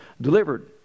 delivered